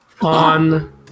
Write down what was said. on